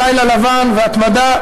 על לילה לבן והתמדה.